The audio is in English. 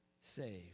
saved